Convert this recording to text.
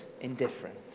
indifference